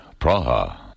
Praha